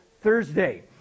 Thursday